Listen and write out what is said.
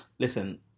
Listen